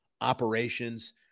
operations